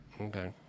Okay